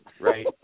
right